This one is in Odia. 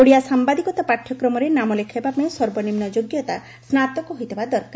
ଓଡ଼ିଆ ସାମ୍ଭାଦିକତା ପାଠ୍ୟକ୍ରମରେ ନାମ ଲେଖାଇବାପାଇଁ ସର୍ବନିମ୍ନ ଯୋଗ୍ୟତା ସ୍ନାତକ ହୋଇଥିବା ଦରକାର